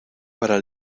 para